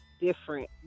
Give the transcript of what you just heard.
different